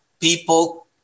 people